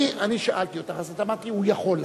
אני שאלתי אותך, אז את אמרת לי: הוא יכול להעלות.